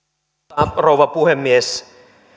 arvoisa rouva puhemies